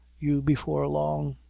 you before long.